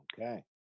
Okay